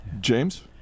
James